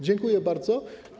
Dziękuję bardzo.